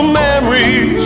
memories